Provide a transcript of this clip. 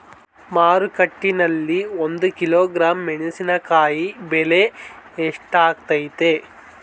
ಮಾರುಕಟ್ಟೆನಲ್ಲಿ ಒಂದು ಕಿಲೋಗ್ರಾಂ ಮೆಣಸಿನಕಾಯಿ ಬೆಲೆ ಎಷ್ಟಾಗೈತೆ?